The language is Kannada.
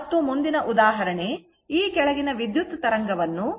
ಮತ್ತು ಮುಂದಿನ ಉದಾಹರಣೆ ಈ ಕೆಳಗಿನ ವಿದ್ಯುತ್ ತರಂಗವನ್ನು ಫೇಸರ್ ರೂಪದಲ್ಲಿ ಕೂಡಿಸಿ